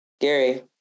Gary